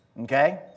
Okay